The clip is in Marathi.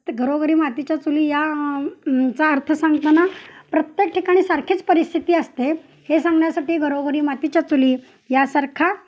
घरोघरी मातीच्या चुली या चा अर्थ सांगताना प्रत्येक ठिकाणी सारखीच परिस्थिती असते हे सांगण्यासाठी घरोघरी मातीच्या चुली यासारखा